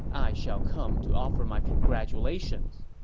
i shall come to offer my congratulations.